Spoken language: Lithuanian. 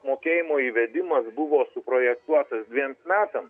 mokėjimo įvedimas buvo suprojektuotas dviems metam